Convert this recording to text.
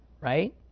right